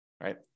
right